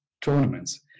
tournaments